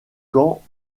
camps